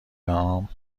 عام